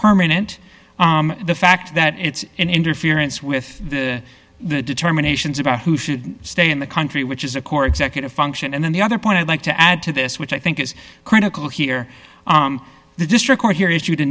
permanent the fact that it's an interference with the determinations about who should stay in the country which is a core executive function and then the other point i'd like to add to this which i think is critical here the district court here is